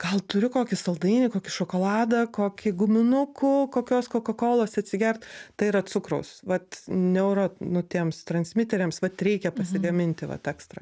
gal turiu kokį saldainį kokį šokoladą kokį guminukų kokios kokakolos atsigert tai yra cukraus vat neuro nu tiems transmiteriams vat reikia pasigaminti vat ekstra